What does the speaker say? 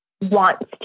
wants